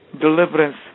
deliverance